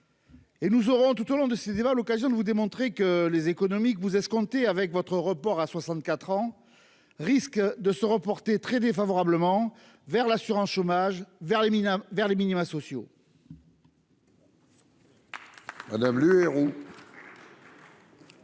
Et nous aurons tout au long de ces débats à l'occasion de vous démontrer que les économique vous escomptez avec votre report à 64 ans. Risquent de se reporter très défavorablement vers l'assurance chômage vers les vers les minima sociaux. Merci